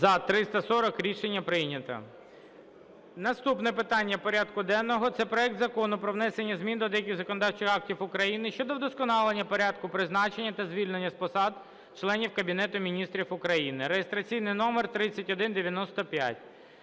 За-340 Рішення прийнято. Наступне питання порядку денного – це проект Закону про внесення змін до деяких законодавчих актів України щодо вдосконалення порядку призначення та звільнення з посад членів Кабінету Міністрів України (реєстраційний номер 3195).